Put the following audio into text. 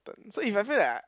so if I feel like I